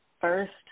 First